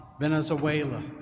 Venezuela